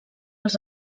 els